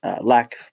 lack